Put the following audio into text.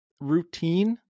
routine